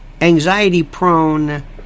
anxiety-prone